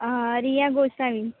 Riya Gosavi